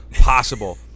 possible